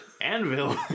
anvil